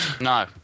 No